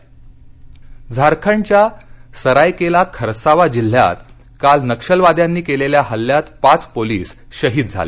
नक्षलवादी झारखंडच्या सरायकेला खरसावा जिल्ह्यात काल नक्षलवाद्यांनी केलेल्या इल्ल्यात पाच पोलीस शहीद झाले